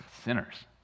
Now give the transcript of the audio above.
sinners